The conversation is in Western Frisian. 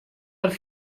der